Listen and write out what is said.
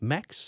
Max